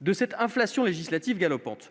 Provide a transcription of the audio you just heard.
de cette inflation législative galopante ...